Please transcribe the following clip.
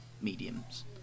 mediums